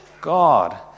God